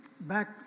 back